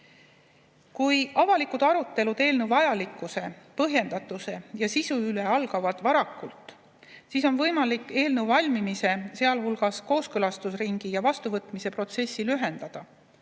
avalikud arutelud eelnõu vajalikkuse, põhjendatuse ja sisu üle algavad varakult, siis on võimalik eelnõu valmimise, sealhulgas kooskõlastusringi ja vastuvõtmise protsessi lühendada,